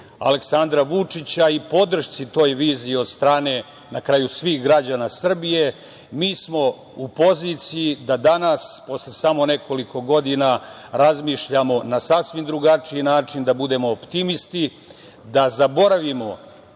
Aleksandra Vučića i podršci toj viziji od strane, na kraju svih građana Srbije, mi smo u poziciji da danas, posle samo nekoliko godina, razmišljamo na sasvim drugačiji način, da budemo optimisti, da zaboravimo